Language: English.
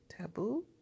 taboo